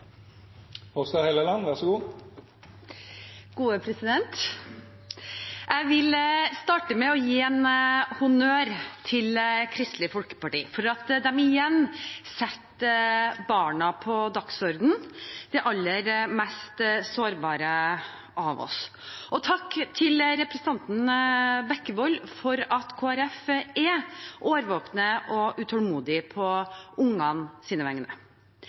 Hofstad Helleland. Jeg vil starte med å gi honnør til Kristelig Folkeparti for at de igjen setter barna på dagsordenen – de aller mest sårbare av oss. Og takk til representanten Bekkevold for at Kristelig Folkeparti er årvåkne og utålmodige på barnas vegne.